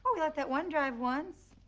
let that one drive once.